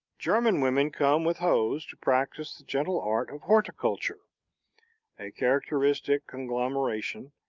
german women come with hoes to practice the gentle art of horticulture a characteristic conglomeration,